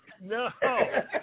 No